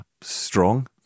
strong